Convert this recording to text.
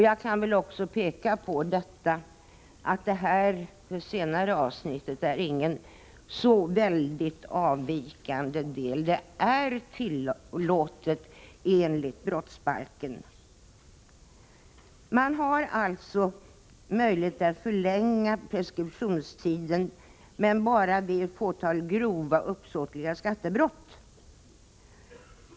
Det senare avsnittet innebär inte någon särskild avvikande del. Förfarandet är tillåtet enligt brottsbalken. Det finns möjlighet att förlänga preskriptionstiden men bara vid ett fåtal grova uppsåtliga skattebrott.